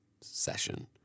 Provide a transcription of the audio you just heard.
session